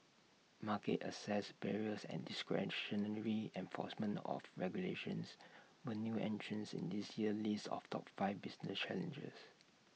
market access barriers and discretionary enforcement of regulations were new entrants in this year's list of top five business challenges